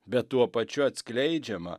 bet tuo pačiu atskleidžiama